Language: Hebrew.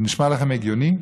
זה נשמע לכם הגיוני?